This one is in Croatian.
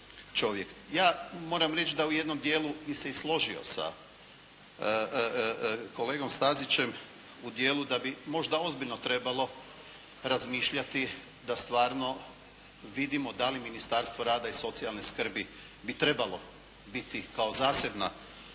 Ja moram reći da u jednom dijelu bi se i složio sa kolegom Stazićem, u dijelu da bi možda ozbiljno trebalo razmišljati da stvarno vidimo da li Ministarstvo rada i socijalne skrbi bi trebalo biti kao zasebna